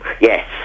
yes